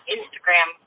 Instagram